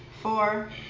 four